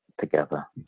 together